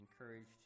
encouraged